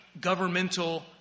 governmental